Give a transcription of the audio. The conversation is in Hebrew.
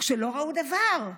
כשלא ראו דבר,